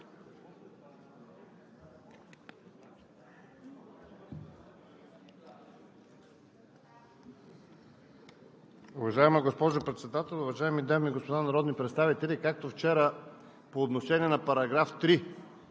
Уважаема госпожо Председател, уважаеми дами и господа народни представители! Както вчера по отношение на § 3